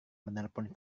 menelepon